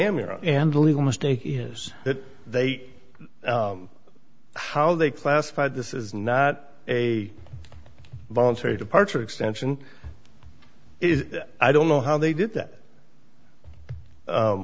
here and the legal mistake is that they how they classified this is not a voluntary departure extension is i don't know how they did that